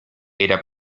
era